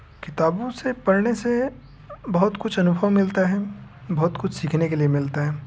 किताबों से पढ़ने से बहुत कुछ अनुभव मिलता है बहुत कुछ सीखने के लिए मिलता है